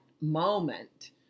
moment